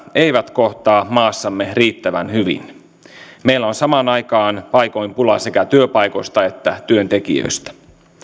eivät kohtaa maassamme riittävän hyvin meillä on samaan aikaan paikoin pula sekä työpaikoista että työntekijöistä